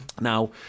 now